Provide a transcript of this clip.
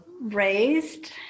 raised